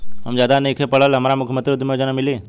हम ज्यादा नइखिल पढ़ल हमरा मुख्यमंत्री उद्यमी योजना मिली?